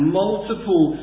multiple